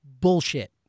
bullshit